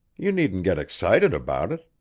you needn't get excited about it.